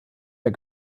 der